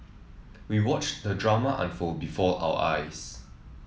we watched the drama unfold before our eyes